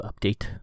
update